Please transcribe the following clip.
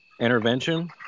intervention